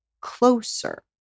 closer